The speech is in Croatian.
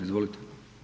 Izvolite.